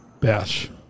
bash